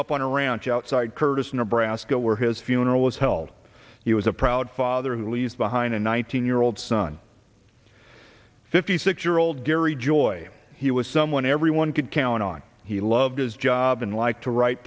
up on a ranch outside curtis nebraska where his funeral was held he was a proud father who leaves behind in one thousand year old son fifty six year old gary joy he was someone everyone could count on he loved his job and like to write